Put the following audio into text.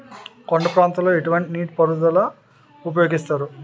కొండ ప్రాంతాల్లో ఎటువంటి నీటి పారుదల ఉపయోగిస్తారు?